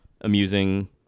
amusing